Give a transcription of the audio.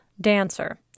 dancer